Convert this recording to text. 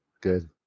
good